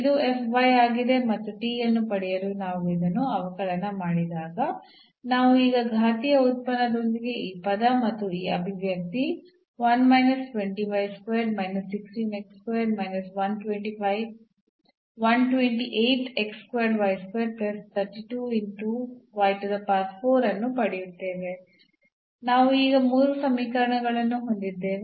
ಇದು ಆಗಿದೆ ಮತ್ತು ಈ ಅನ್ನು ಪಡೆಯಲು ನಾವು ಇದನ್ನು ಅವಕಲನ ಮಾಡಿದಾಗ ನಾವು ಈಗ ಘಾತೀಯ ಉತ್ಪನ್ನದೊಂದಿಗೆ ಈ ಪದ ಮತ್ತು ಈ ಅಭಿವ್ಯಕ್ತಿ ಅನ್ನು ಪಡೆಯುತ್ತೇವೆ ನಾವು ಈಗ ಮೂರು ಸಮೀಕರಣಗಳನ್ನು ಹೊಂದಿದ್ದೇವೆ